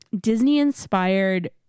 Disney-inspired